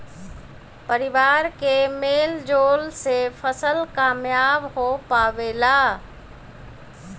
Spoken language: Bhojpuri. परिवार के मेल जोल से फसल कामयाब हो पावेला